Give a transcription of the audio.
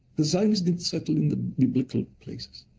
the zionists didn't settle in the biblical places.